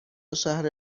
شهر